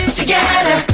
together